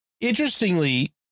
interestingly